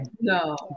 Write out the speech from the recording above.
No